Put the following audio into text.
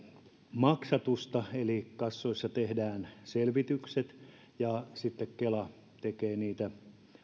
maksatusta eli kassoissa tehdään selvitykset ja sitten kela tekee niitä